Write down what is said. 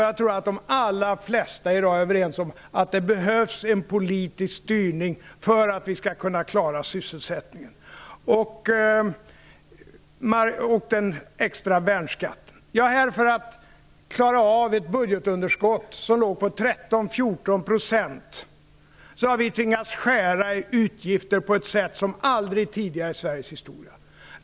Jag tror att de allra flesta i dag är överens om att det behövs en politisk styrning för att vi skall kunna klara sysselsättningen och den extra värnskatten. För att klara av ett budgetunderskott på 13-14 % har vi tvingats skära i utgifter på ett sätt som aldrig tidigare i Sveriges historia.